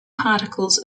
particles